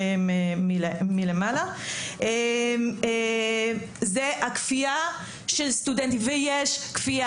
מלמעלה - זה הכפייה של סטודנטים ויש כפייה,